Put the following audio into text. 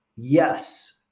Yes